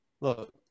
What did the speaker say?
Look